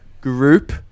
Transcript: group